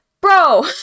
bro